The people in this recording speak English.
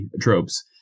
tropes